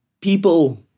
People